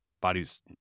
bodies